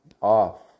off